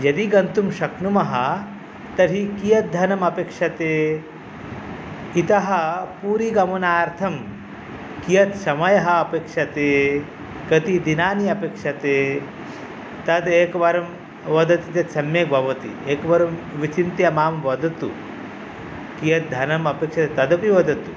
यदि गन्तुं शक्नुमः तर्हि कियत् धनम् अपेक्षते इतः पुरी गमनार्थं कियत् समयः अपेक्षते कति दिनानि अपेक्षते तदेकवारं वदति चेत् सम्यक् भवति एकवारं विचिन्त्य मां वदतु कियत् धनम् अपेक्षते तदपि वदतु